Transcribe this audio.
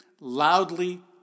loudly